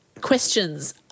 questions